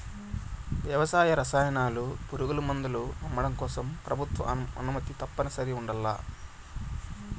వ్యవసాయ రసాయనాలు, పురుగుమందులు అమ్మడం కోసం ప్రభుత్వ అనుమతి తప్పనిసరిగా ఉండల్ల